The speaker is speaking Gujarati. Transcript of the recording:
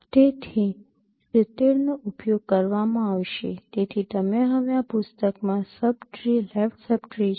તેથી ૭૦ નો ઉપયોગ કરવામાં આવશે તેથી તમે હવે આ પુસ્તકમાં sub tree left sub tree છે